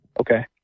Okay